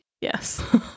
yes